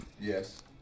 Yes